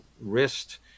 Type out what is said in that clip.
wrist